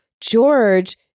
George